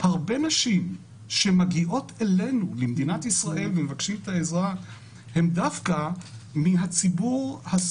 זה פשוט נגמר בהסכמה של הצדדים ואז מנסחים את ההחלטה בצורה של הסכמה.